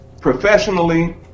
professionally